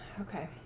Okay